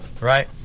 Right